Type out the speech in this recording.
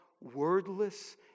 wordless